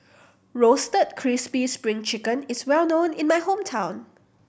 Roasted Crispy Spring Chicken is well known in my hometown